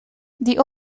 die